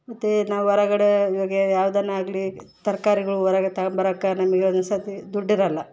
ಮತ್ತು ನಾವು ಹೊರಗಡೆ ಇವಾಗೇ ಯಾವ್ದೆ ಆಗಲಿ ತರಕಾರಿಗಳು ಹೊರಗ ತಗೊಂಬರೋಕ ನಮಗೆ ಒಂದೊಂದ್ಸತಿ ದುಡ್ಡಿರೋಲ್ಲ